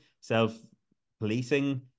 self-policing